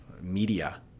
media